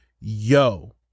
yo